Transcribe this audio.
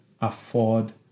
afford